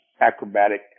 acrobatic